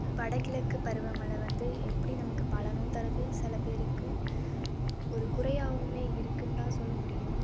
வடகிழக்கு பருவமழை வந்து எப்படி நமக்கு பலனும் தருது சில பேருக்கு ஒரு குறையாகவுமே இருக்குனுதான் சொல்லமுடியும்